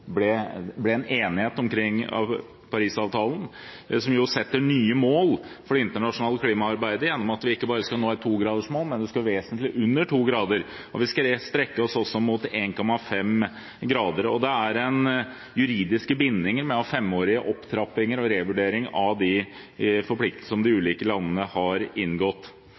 vi ikke bare skal nå et 2-gradersmål, vi skal vesentlig under 2 grader. Og vi skal også strekke oss mot 1,5 grader. Det er juridiske bindinger med femårige opptrappinger og revurderinger av de forpliktelsene som de ulike landene har inngått.